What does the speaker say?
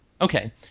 Okay